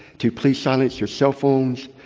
to please silence your cell phones,